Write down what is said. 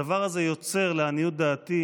הדבר הזה יוצר, לעניות דעתי,